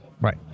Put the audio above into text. Right